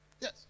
Yes